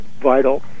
vital